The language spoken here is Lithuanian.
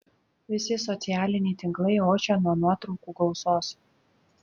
visi socialiniai tinklai ošia nuo nuotraukų gausos